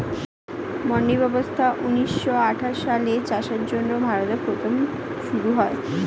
মান্ডি ব্যবস্থা ঊন্নিশো আঠাশ সালে চাষের জন্য ভারতে প্রথম শুরু করা হয়